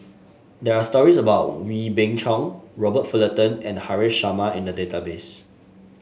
there are stories about Wee Beng Chong Robert Fullerton and Haresh Sharma in the database